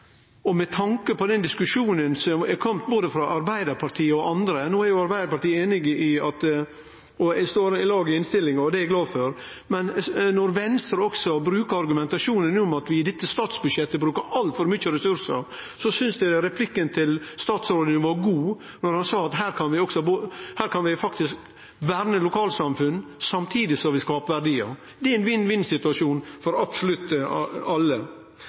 Og med tanke på den diskusjonen som har vore, både frå Arbeidarpartiet og andre – no er jo Arbeidarpartiet einig og står i lag med oss i innstillinga, og det er eg glad for – og når Venstre brukar argumentasjonen om at vi i dette statsbudsjettet brukar altfor mykje ressursar, synest eg replikken til statsråden var god, då han sa at her kan vi faktisk verne lokalsamfunn samtidig som vi skapar verdiar. Det er ein vinn-vinn-situasjon for absolutt alle.